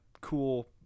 cool